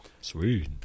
Sweet